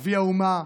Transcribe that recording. אבי האומה,